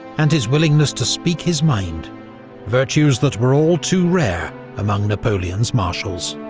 and his willingness to speak his mind virtues that were all too rare among napoleon's marshals.